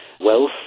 wealth